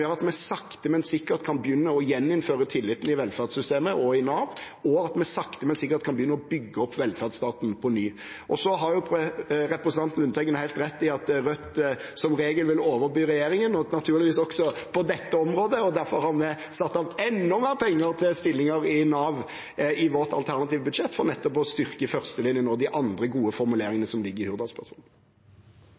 gjør at vi sakte, men sikkert kan begynne å gjeninnføre tilliten i velferdssystemet og i Nav, og at vi sakte, men sikkert kan begynne med å bygge opp velferdsstaten på ny. Og så har representanten Lundteigen helt rett i at Rødt som regel vil overby regjeringen – og naturligvis også på dette området. Derfor har vi satt av enda mer penger til stillinger i Nav i vårt alternative budsjett, for nettopp å styrke førstelinjen og de andre gode formuleringene